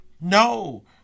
No